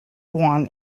yuan